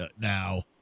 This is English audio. Now